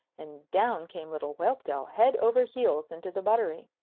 and down came little whelpdale head over heels into the buttery.